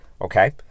okay